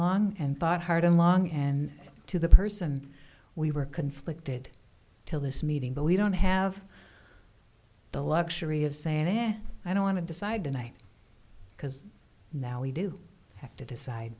long and thought hard and long and to the person we were conflicted till this meeting but we don't have the luxury of saying i don't want to decide tonight because now we do have to decide